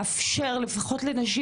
לאפשר לפחות לנשים,